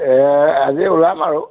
এ আজি ওলাম আৰু